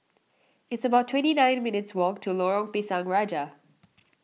it's about twenty nine minutes' walk to Lorong Pisang Raja